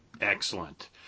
Excellent